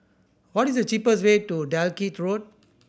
what is the cheapest way to Dalkeith Road